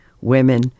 women